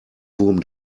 wurm